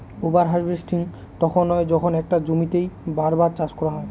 over harvesting তখন হয় যখন একটা জমিতেই বার বার চাষ করা হয়